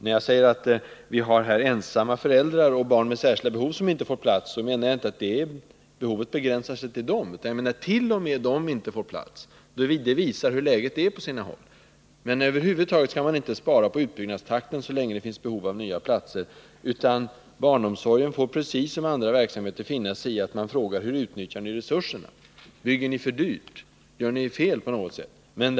När jag säger att det finns barn till ensamma föräldrar och barn med särskilda behov som inte får plats menar jag inte att behoven begränsar sig till dem, utan vad jag ville peka på var att inte ens de får plats — det visar hur läget är på sina håll. Men man kan över huvud taget inte minska utbyggnadstakten så länge det finns behov av nya platser. Barnomsorgen får precis som andra verksamheter finna sig i att det frågas efter hur dess resurser utnyttjas, om man bygger för dyrt eller misshushållar på något annat sätt.